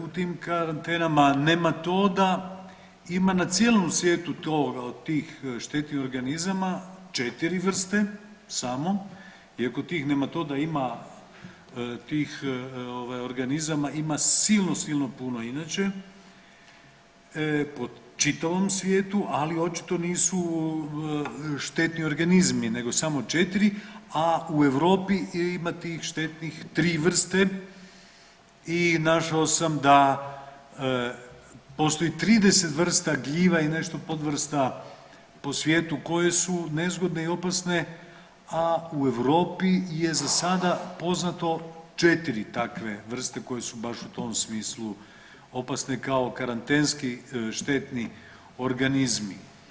U tim karantenama nematoda ima na cijelom svijetu to, tih štetnih organizama 4 vrste samo iako tih nematoda ima, tih ovaj organizama ima silno, silno puno inače po čitavom svijetu, ali očito nisu štetni organizmi nego samo 4, a u Europi ima tih štetnih 3 vrste i našao sam da postoji 30 vrsta gljiva i nešto podvrsta po svijetu koje su nezgodne i opasne, a u Europi je za sada poznato 4 takve vrste koje su baš u tom smislu opasne kao karantenski štetni organizmi.